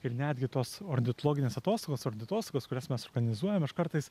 ir netgi tos ornitologinės atostogos orniatostogos kurias mes organizuojam aš kartais